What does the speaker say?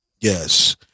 Yes